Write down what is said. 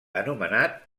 anomenat